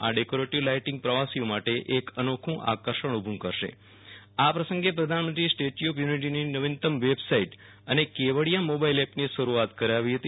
આ decorative lighting પ્રવાસીઓ માટે એક અનોખુ આકર્ષણ ઉભુ કરશે આ પ્રસંગે પ્રધાનમંત્રીએ સ્ટેચ્યુ ઓફ યુ નિટીની નવિનત્તમ વેબસાઈટ અને કેવડીયા મોબાઈલ એપની શરૂઆત કરાવી હતી